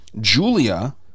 julia